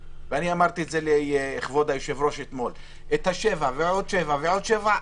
אמרתי ליושב-ראש שהממשלה תנצל עד תום את השבע ועוד שבע ועוד שבע.